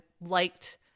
liked